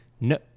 no